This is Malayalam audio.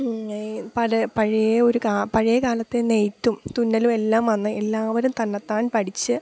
ഈ പല പഴയ ഒരു പഴയകാലത്ത് നെയ്ത്തും തുന്നലും എല്ലാം വന്ന് എല്ലാവരും തന്നെത്താൻ പഠിച്ച്